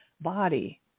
body